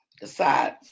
decides